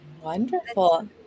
Wonderful